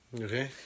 Okay